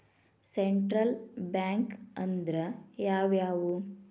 Central bank ಅಂದ್ರ ಯಾವ್ಯಾವು?